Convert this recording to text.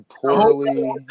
poorly